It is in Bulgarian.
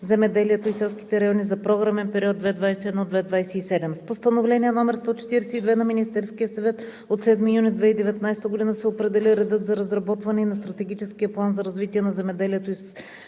земеделието и селските райони за програмен период 2021 – 2027 г. С Постановление № 142 на Министерския съвет от 7 юни 2019 г. се определя редът за разработване на Стратегическия план за развитие на земеделието и селските райони